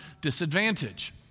disadvantage